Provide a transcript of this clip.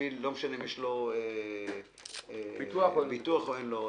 לא משנה אם יש לו ביטוח או אין.